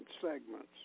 segments